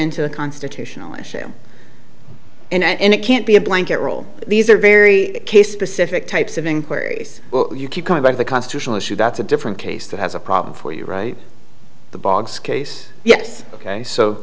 into a constitutional issue and it can't be a blanket rule these are very case specific types of inquiries you keep coming back to the constitutional issue that's a different case that has a problem for you right the boggs case yes ok so